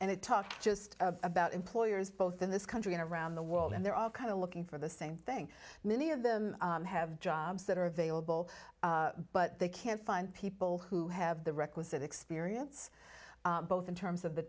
and it talks just about employers both in this country and around the world and they're all kind of looking for the same thing many of them have jobs that are available but they can't find people who have the requisite experience both in terms of the